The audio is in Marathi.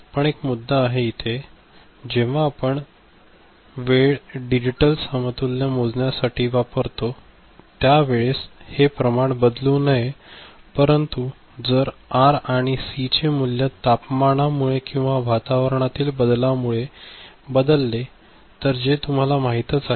पण एक मुद्धा आहे इथे जेव्हा आपण हा वेळ डिजिटल समतुल्य मोजण्या साठी वापरतो त्यावेळेस हे प्रमाण बदलू नये पंरतु जर आर आणि सी चे मूल्य तापमानामुळे किंवा वातावरणातील बदला मुले बदलले जे तुम्हाला माहीतच आहे